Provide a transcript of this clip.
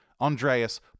Andreas